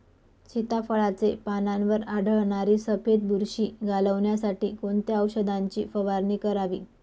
सीताफळाचे पानांवर आढळणारी सफेद बुरशी घालवण्यासाठी कोणत्या औषधांची फवारणी करावी?